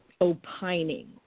opining